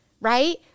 right